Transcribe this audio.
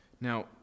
Now